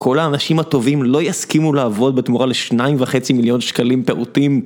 כל האנשים הטובים לא יסכימו לעבוד בתמורה לשניים וחצי מיליון שקלים פעוטים